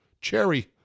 Cherry